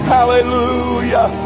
Hallelujah